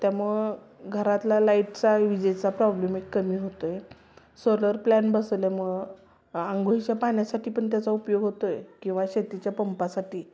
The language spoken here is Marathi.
त्यामुळं घरातला लाईटचा विजेचा प्रॉब्लेम एक कमी होतो आहे सोलर प्लॅन बसवल्यामुळं आंघोळीच्या पाण्यासाठी पण त्याचा उपयोग होतो आहे किंवा शेतीच्या पंपासाठी